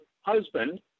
husband